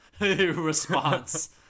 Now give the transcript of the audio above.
response